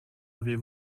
avez